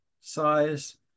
size